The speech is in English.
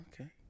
okay